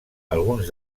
alguns